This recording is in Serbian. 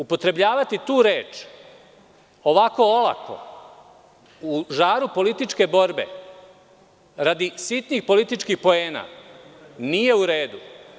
Upotrebljavati tu reč ovako olako u žaru političke borbe radi sitnih političkih poena nije u redu.